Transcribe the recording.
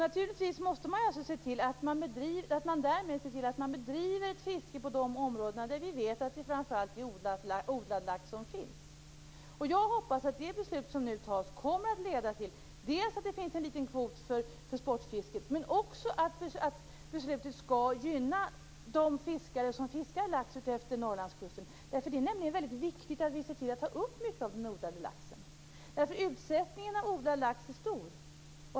Naturligtvis måste man därmed se till att ett fiske bedrivs på de områden där man vet att framför allt odlad lax finns. Jag hoppas att det beslut som nu fattas kommer att leda till att det finns en liten kvot för sportfisket men också att beslutet gynnar de fiskare som fiskar lax utefter Norrlandskusten. Det är nämligen väldigt viktigt att se till att mycket av den odlade laxen tas upp, eftersom utsättningen av odlad lax är stor.